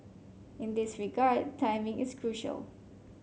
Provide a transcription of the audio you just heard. in this regard timing is crucial